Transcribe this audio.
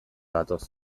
datoz